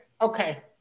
okay